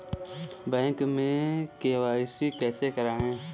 Bank में KYC कैसे करायें?